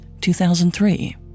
2003